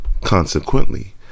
Consequently